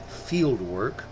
fieldwork